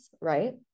right